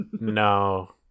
No